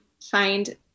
find